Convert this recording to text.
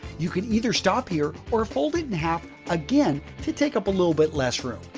you can either stop here or fold it in half again to take up a little bit less room.